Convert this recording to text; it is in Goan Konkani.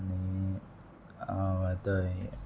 आनी हांव आतां हें